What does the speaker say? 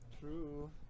True